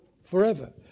forever